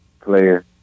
player